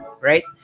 right